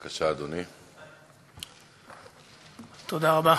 אדוני היושב-ראש, תודה רבה,